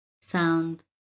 sound